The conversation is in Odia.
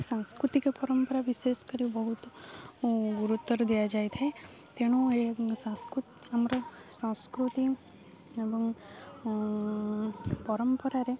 ସାଂସ୍କୃତିକ ପରମ୍ପରା ବିଶେଷ କରି ବହୁତ ଗୁରୁତ୍ୱ ଦିଆଯାଇଥାଏ ତେଣୁ ସାଂସ୍କ ଆମର ସଂସ୍କୃତି ଏବଂ ପରମ୍ପରାରେ